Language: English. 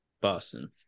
Boston